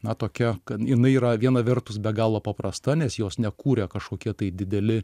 na tokia kad jinai yra viena vertus be galo paprasta nes jos nekūrė kažkokie tai dideli